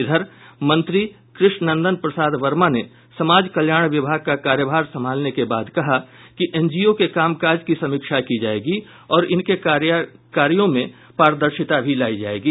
इधर मंत्री कृष्ण नंदन प्रसाद वर्मा ने समाज कल्याण विभाग का कार्यभार संभालने के बाद कहा कि एनजीओ के कामकाज की समीक्षा की जायेगी और इनके कार्यो में पारदर्शिता भी लायी जायेगी